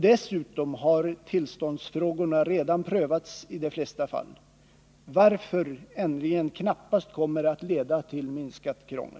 Dessutom har tillståndsfrågorna redan prövats i de flesta fall, varför ändringen knappast kommer att leda till minskat krångel.